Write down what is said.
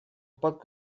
pot